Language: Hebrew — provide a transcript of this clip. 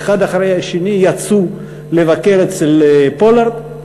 יצאו לבקר אצל פולארד,